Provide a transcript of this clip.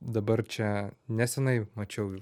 dabar čia neseniai mačiau